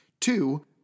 Two